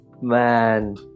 Man